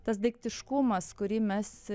tas daiktiškumas kurį mes